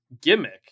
gimmick